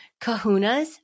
kahunas